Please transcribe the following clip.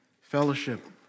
Fellowship